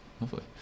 Lovely